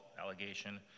allegation